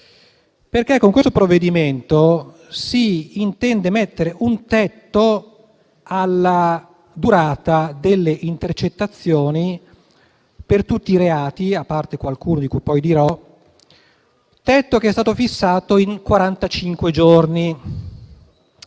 con questo provvedimento si intende mettere un tetto alla durata delle intercettazioni per tutti i reati, a parte qualcuno di cui poi dirò, tetto che è stato fissato in